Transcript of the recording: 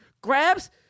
grabs